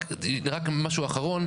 רק משהו אחרון.